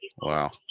Wow